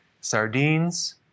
sardines